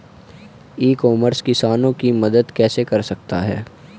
ई commerce किसानों की मदद कैसे कर सकता है?